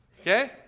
Okay